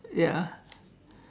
ya